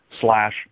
slash